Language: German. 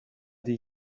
die